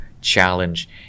challenge